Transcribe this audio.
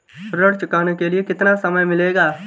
ऋण चुकाने के लिए कितना समय मिलेगा?